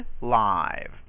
live